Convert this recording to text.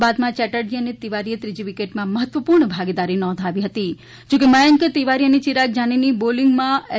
બાદમાં ચેટર્જી અને તિવારીએ ત્રીજી વિકેટમાં મહત્વ પૂર્ણ ભાગીદારી નોંધાવી હતી જોકે મથંક તિવારી ચિરાગ જાનીની બોલિંગમાં એલ